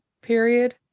period